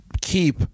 keep